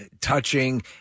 touching